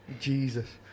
Jesus